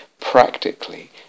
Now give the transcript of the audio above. practically